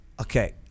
okay